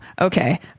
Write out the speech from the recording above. okay